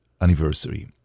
anniversary